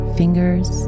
fingers